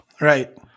Right